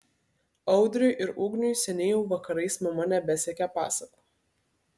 audriui ir ugniui seniai jau vakarais mama nebesekė pasakų